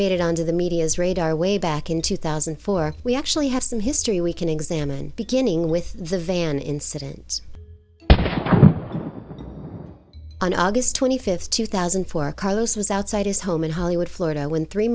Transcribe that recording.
made it onto the media's radar way back in two thousand and four we actually have some history we can examine beginning with the van incident on august twenty fifth two thousand and four carlos was outside his home in hollywood florida when three